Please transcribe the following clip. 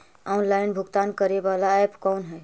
Online भुगतान करे बाला ऐप कौन है?